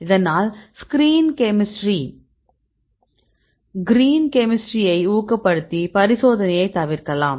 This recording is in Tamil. இதனால் கிரீன் கெமிஸ்ட்ரியை ஊக்கப்படுத்தி பரிசோதனையைத் தவிர்க்கலாம்